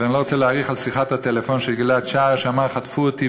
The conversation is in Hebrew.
ואני לא רוצה להאריך על שיחת הטלפון של גיל-עד שער שאמר "חטפו אותי",